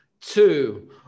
two